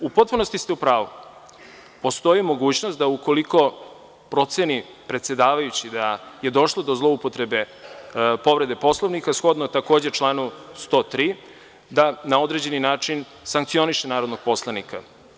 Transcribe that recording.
U potpunosti ste u pravu, postoji mogućnost da ukoliko proceni predsedavajući da je došlo do zloupotrebe povrede Poslovnika, shodno takođe članu 103. da na određeni način sankcioniše narodnog poslanika.